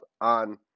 on